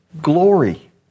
Glory